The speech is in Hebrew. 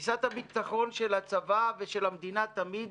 תפיסת הביטחון של הצבא ושל המדינה תמיד